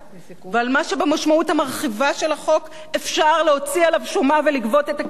ועל מה שבמשמעות המרחיבה של החוק אפשר להוציא עליו שומה ולגבות את הכסף.